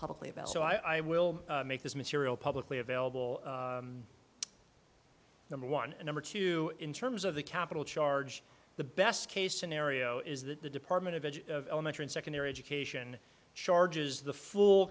publicly about so i will make this material publicly available number one and number two in terms of the capital charge the best case scenario is that the department of edge of elementary and secondary education charges the full